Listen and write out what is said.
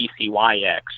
BCYX